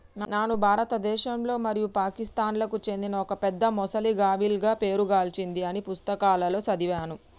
నాను భారతదేశంలో మరియు పాకిస్తాన్లకు చెందిన ఒక పెద్ద మొసలి గావియల్గా పేరు గాంచింది అని పుస్తకాలలో సదివాను